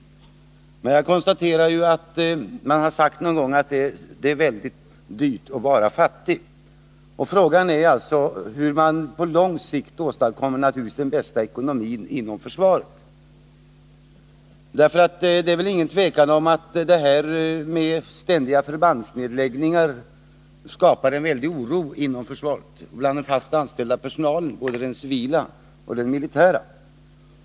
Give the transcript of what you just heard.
Jag kan bara konstatera att det någon gång sagts att det är väldigt dyrt att vara fattig. Och frågan är hur man på lång sikt åstadkommer den bästa ekonomin inom försvaret. Det är ingen tvekan om att de ständiga förbandsnedläggningarna skapar en väldig oro bland den fast anställda personalen, både den civila och den militära.